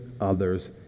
others